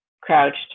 crouched